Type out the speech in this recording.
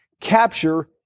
Capture